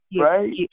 right